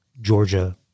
Georgia